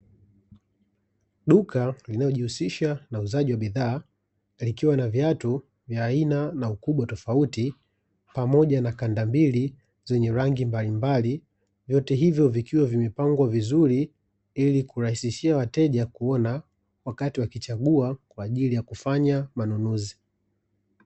Duka linalojihusisha na uuzaji wa bidhaa likiwa na viatu vya aina na ukubwa tofauti, pamoja na kandambili zenye rangi mbalimbali vyote hivyo vikiwa vimepangwa vizuri ili kurahisishia wateja kuona wakati wakichagua kwa ajili ya kufanya manunuzi.